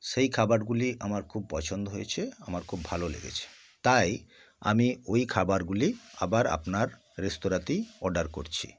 সেই খাবারগুলি আমার খুব পছন্দ হয়েছে আমার খুব ভালো লেগেছে তাই আমি ওই খাবারগুলি আবার আপনার রেস্তোরাঁতেই অর্ডার করছি